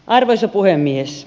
arvoisa puhemies